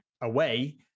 away